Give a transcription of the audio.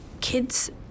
kids